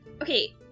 Okay